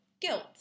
guilt